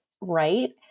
right